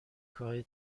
های